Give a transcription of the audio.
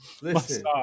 listen